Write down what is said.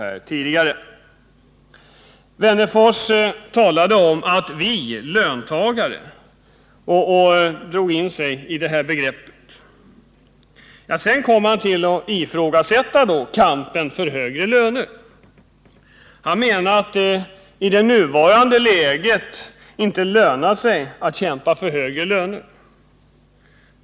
Han använde uttrycket ”vi löntagare” — han innefattade alltså sig själv i det begreppet. Men sedan ifrågasatte han kampen för högre löner. Han ansåg att det i det nuvarande läget inte lönade sig att kämpa för högre löner.